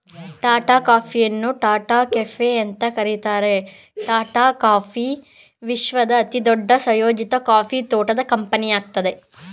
ಟಾಟಾ ಕಾಫಿಯನ್ನು ಟಾಟಾ ಕೆಫೆ ಅಂತ ಕರೀತಾರೆ ಟಾಟಾ ಕಾಫಿ ವಿಶ್ವದ ಅತಿದೊಡ್ಡ ಸಂಯೋಜಿತ ಕಾಫಿ ತೋಟದ ಕಂಪನಿಯಾಗಯ್ತೆ